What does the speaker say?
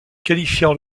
qualifiant